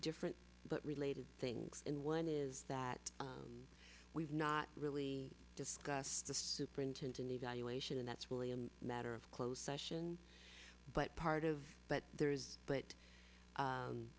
different but related things in one is that we've not really discussed the superintendent evaluation and that's really a matter of closed session but part of but there is but